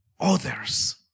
others